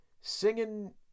singing